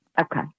Okay